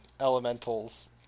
elementals